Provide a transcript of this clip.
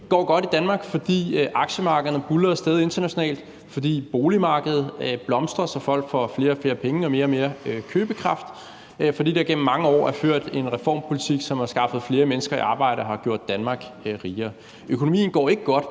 går godt i Danmark, fordi aktiemarkederne internationalt buldrer af sted, fordi boligmarkedet blomstrer, så folk får flere og flere penge og en større og større købekraft, fordi der igennem mange år er ført en reformpolitik, som har skaffet flere mennesker i arbejde og har gjort Danmark rigere. Økonomien går ikke godt